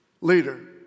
leader